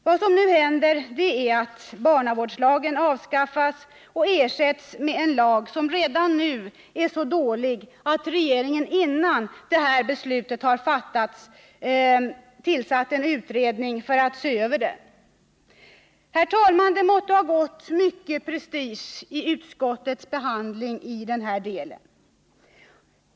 Vad som nu händer är att barnavårdslagen avskaffas och ersätts med en lag som redan på detta stadium är så dålig att regeringen, innan beslut fattats, tillsatt en utredning för att se över den. Herr talman! Det måtte ha gått mycket prestige i utskottets behandling av ärendet i detta avseende.